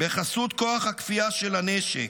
בחסות כוח הכפייה של הנשק,